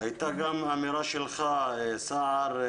הייתה גם אמירה שלך, סער הראל